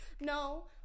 No